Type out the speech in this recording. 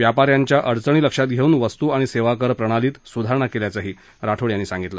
व्यापाऱ्यांच्या अडचणी लक्षात घेऊन वस्तू आणि सेवा कर प्रणालीत सुधारणा केल्याचं राठोड यांनी सांगितलं